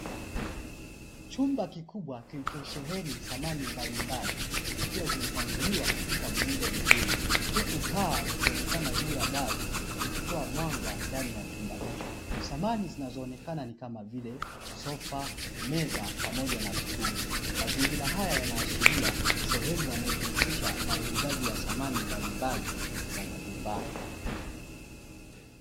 Chumba kikubwa kilichosheheni samahani mbalimbali zikiwa zimepangiliwa katika muundo mzuri, huku taa zikionekana juu ya gari zikitoa mwanga ndani ya chumba hicho, samani zinazoonekana ni kama vile sofa, meza pamoja na sturi, mazingira haya yanaashiria sehemu inayojihusisha na uuzaji wa samani mbali mbali za majumbani.